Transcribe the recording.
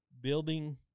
building